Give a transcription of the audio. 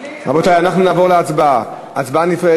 רבותי, אנחנו נעבור להצבעה, הצבעה נפרדת.